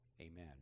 Amen